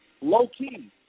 Low-key